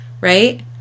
right